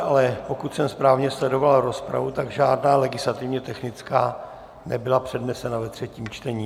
Ale pokud jsem správně sledoval rozpravu, tak žádná legislativně technická nebyla přednesena ve třetím čtení.